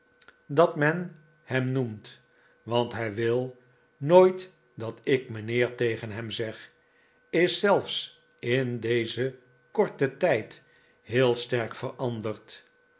dat men hem noemt want hij wil nooit dat ik mijnheer tegen hem zeg is zelfs in dezen korten tijd heel sterk veranderd